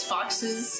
Foxes